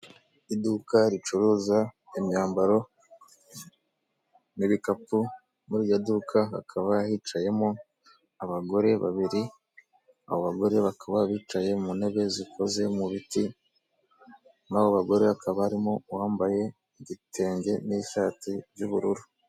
Iduka ricuruza imyambaro n' ibikapu, muri iryo duka hakaba hicayemo abagore babiri. Abo bagore bakaba bicaye mu ntebe zikoze mu biti, muri abo bagore hakaba hari uwambaye igitenge n'ishati by'ubururu.